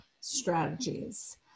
strategies